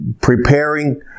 preparing